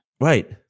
Right